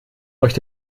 euch